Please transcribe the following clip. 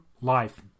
life